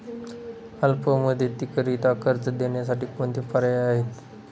अल्प मुदतीकरीता कर्ज देण्यासाठी कोणते पर्याय आहेत?